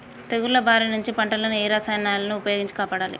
తెగుళ్ల బారి నుంచి పంటలను ఏ రసాయనాలను ఉపయోగించి కాపాడాలి?